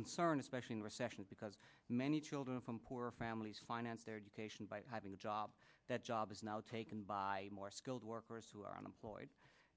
concern especially in a recession because many children from poor families finance their education by having a job that job is now taken by more skilled workers who are unemployed